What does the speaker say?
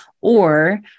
or-